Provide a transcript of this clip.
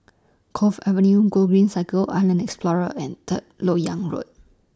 Cove Avenue Gogreen Cycle and Island Explorer and Third Lok Yang Road